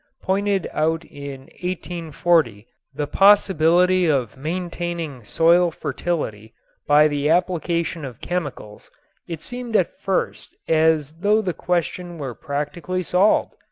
pointed out in one forty the possibility of maintaining soil fertility by the application of chemicals it seemed at first as though the question were practically solved.